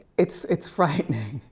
it's it's frightening.